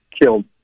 killed